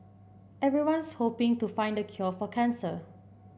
everyone's hoping to find the cure for cancer